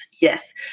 yes